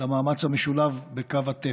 למאמץ המשולב בקו התפר.